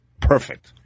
Perfect